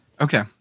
Okay